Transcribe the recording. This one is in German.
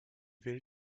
will